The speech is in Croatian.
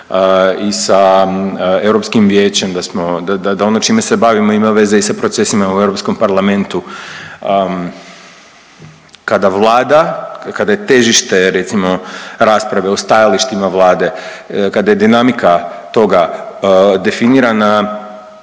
i sa Europskim vijećem da smo, da ono čime se bavimo ima veze i sa procesima u Europskom parlamentu. Kada Vlada, kada je težište recimo rasprave o stajalištima Vlade, kada je dinamika toga definirana